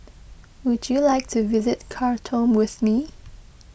would you like to visit Khartoum with me